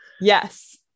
Yes